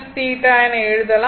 θ என எழுதலாம்